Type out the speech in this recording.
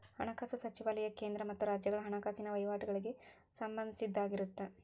ಹಣಕಾಸು ಸಚಿವಾಲಯ ಕೇಂದ್ರ ಮತ್ತ ರಾಜ್ಯಗಳ ಹಣಕಾಸಿನ ವಹಿವಾಟಗಳಿಗೆ ಸಂಬಂಧಿಸಿದ್ದಾಗಿರತ್ತ